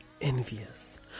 envious